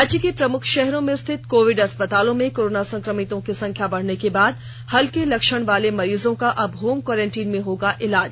राज्य के प्रमुख शहरों में स्थित कोविड अस्पतालों में कोरोना संक्रमितों की संख्या बढ़ने के बाद हल्के लक्षण वाले मरीजों का अब होम क्वारंटीन में होगा इलाज